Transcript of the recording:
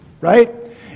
right